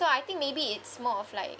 so I think maybe it's more of like